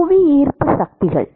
புவியீர்ப்பு சக்திகள்